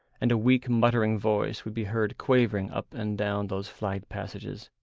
and a weak muttering voice would be heard quavering up and down those flagged passages.